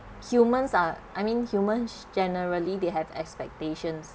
humans are I mean humans generally they have expectations